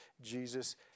Jesus